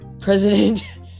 President